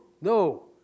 no